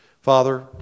Father